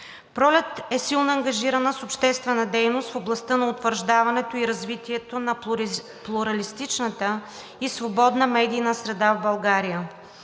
Пролет е силно ангажирана с обществена дейност в областта на утвърждаването и развитието на плуралистичната и свободна медийна среда в България.